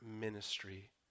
ministry